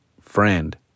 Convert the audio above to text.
friend